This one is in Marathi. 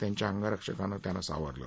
त्यांच्या अंगरक्षकानं त्यांना सावरलं